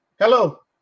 Hello